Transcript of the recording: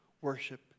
worship